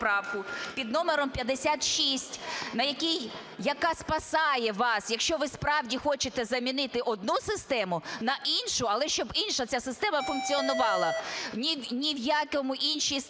під номером 56, яка спасає вас. Якщо ви справді хочете замінити одну систему на іншу, але щоб інша ця система функціонувала. Ні в якій іншій статті